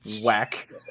whack